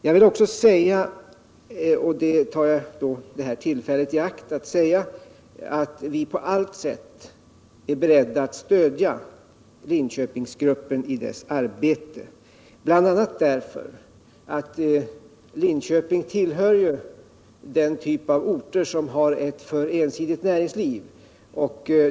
Jag vill ta detta tillfälle i akt för att säga att vi på allt sätt är beredda att stödja Linköpingsgruppen i dess arbete, bl.a. därför att Linköping tillhör den typ av orter som har ett för ensidigt näringsliv.